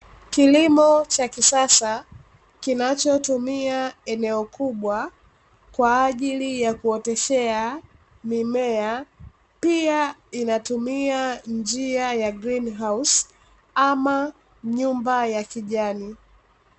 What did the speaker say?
Kilimo cha kisasa kinachotumia eneo kubwa kwa ajili ya kuoteshea mimea, pia inatumia njia ya "Green House" ama nyumba ya kijani.